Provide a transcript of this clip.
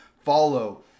follow